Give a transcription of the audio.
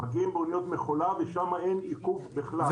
מגיעים באוניות מכולה, ושם אין עיכוב בכלל.